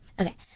Okay